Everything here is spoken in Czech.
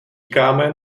kámen